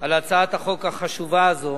על הצעת החוק החשובה הזאת,